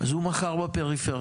אז הוא מכר בפריפריה